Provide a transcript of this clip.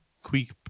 Quick